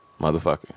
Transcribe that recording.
motherfucker